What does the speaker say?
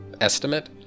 estimate